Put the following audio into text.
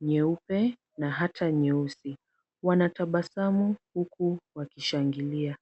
nyeupe na hata nyeusi. Wanatabasamu huku wakishangilia.